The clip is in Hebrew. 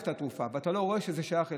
את התרופה ואתה לא רואה שזה שייך אליך,